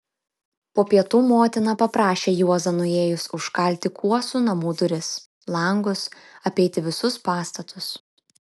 po pietų motina paprašė juozą nuėjus užkalti kuosų namų duris langus apeiti visus pastatus